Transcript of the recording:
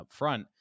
upfront